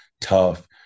tough